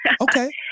Okay